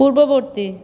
পূর্ববর্তী